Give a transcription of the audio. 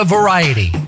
Variety